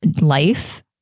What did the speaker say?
life